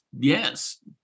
Yes